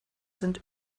sind